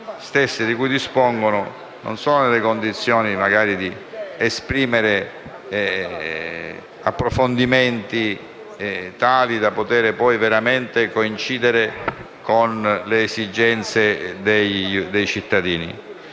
di cui dispongono non sono nelle condizioni di esprimere approfondimenti tali da poter, poi, veramente coincidere con le esigenze dei cittadini.